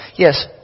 Yes